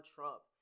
Trump